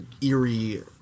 eerie